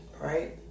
right